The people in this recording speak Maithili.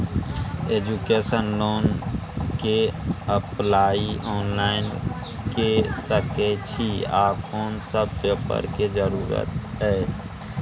एजुकेशन लोन के अप्लाई ऑनलाइन के सके छिए आ कोन सब पेपर के जरूरत इ?